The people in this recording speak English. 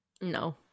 no